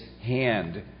hand